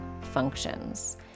functions